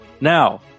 Now